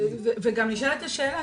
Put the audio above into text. וגם נשאלת השאלה,